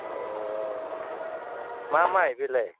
अ मा माइ बेलाय